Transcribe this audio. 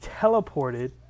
teleported